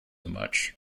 much